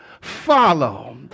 follow